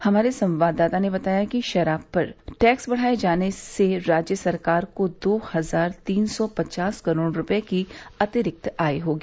हमारे संवाददाता ने बताया है कि शराब पर टैक्स बढ़ाए जाने से राज्य सरकार को दो हजार तीन सौ पचास करोड़ रूपये की अतिरिक्त आय होगी